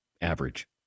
average